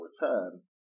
return